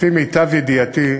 לפי מיטב ידיעתי,